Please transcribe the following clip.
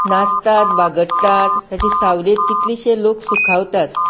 नाचतांत बागडटात तांचे सावलेत कितलेशेंच लोक सुखावतात